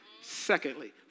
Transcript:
Secondly